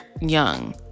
young